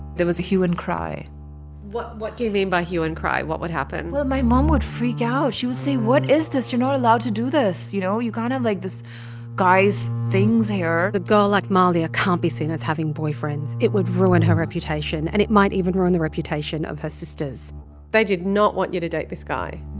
there was a hue and cry what what do you mean by hue and cry? what would happen? well, my mom would freak out. she would say, what is this? you're not allowed to do this, you know? you can't have, like, this guy's things here a girl like mahlia can't be seen as having boyfriends. it would ruin her reputation, and it might even ruin the reputation of her sisters they did not want you to date this guy.